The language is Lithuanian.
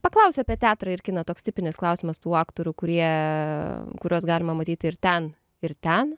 paklausiu apie teatrą ir kiną toks tipinis klausimas tų aktorių kurie kuriuos galima matyti ir ten ir ten